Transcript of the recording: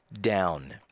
down